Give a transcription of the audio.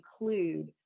include